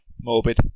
Morbid